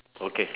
okay